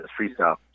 freestyle